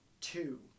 Two